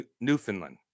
Newfoundland